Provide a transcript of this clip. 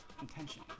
intention